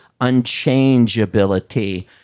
unchangeability